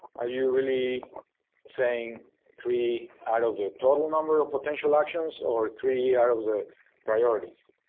are you really saying three out of the total number of potential actions or three out of the priorities?